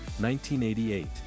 1988